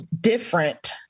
different